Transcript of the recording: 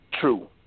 true